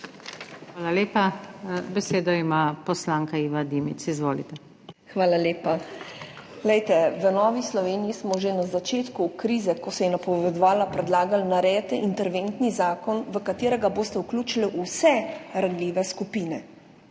Hvala lepa. Besedo ima poslanka Iva Dimic. Izvolite. IVA DIMIC (PS NSi): Hvala lepa. V Novi Sloveniji smo že na začetku krize, ki se je napovedovala, predlagali, naredite interventni zakon, v katerega boste vključili vse ranljive skupine.